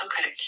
Okay